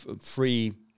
free